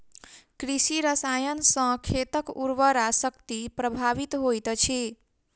कृषि रसायन सॅ खेतक उर्वरा शक्ति प्रभावित होइत अछि